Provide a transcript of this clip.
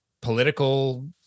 political